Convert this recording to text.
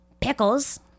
pickles